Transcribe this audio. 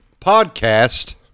podcast